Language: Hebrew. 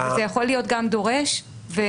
זה יכול להיות גם דורש בלי